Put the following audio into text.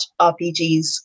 RPGs